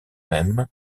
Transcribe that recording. mêmes